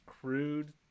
crude